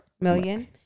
million